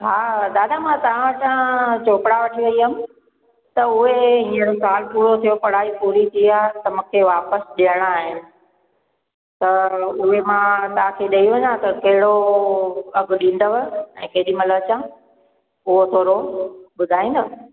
हा दादा मां तव्हां वटां चोपड़ा वठी वेई हुयमि त उहे हींअर सालु पूरो थियो पढ़ाई पूरी थी आहे त मूंखे वापसि ॾियणा आहिनि त उहे मां तव्हांखे ॾेई वञां त कहिड़ो अघु ॾींदव ऐं केॾीमहिल अचां उहो थोरो ॿुधाईंदव